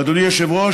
אדוני היושב-ראש,